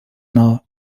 now